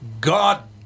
God